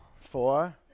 four